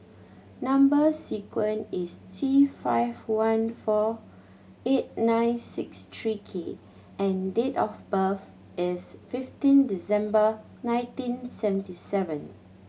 number sequence is T five one four eight nine six three K and date of birth is fifteen December nineteen seventy seven